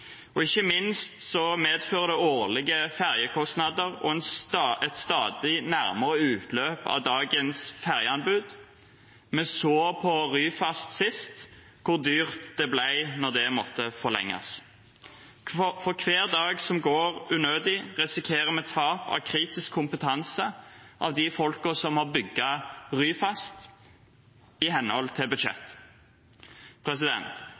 Ikke minst medfører det årlige ferjekostnader og et stadig nærmere utløp av dagens ferjeanbud. Vi så på Ryfast sist hvor dyrt det ble da det måtte forlenges. For hver dag som går unødig, risikerer vi tap av kritisk kompetanse i form av de folkene som har bygget Ryfast i henhold til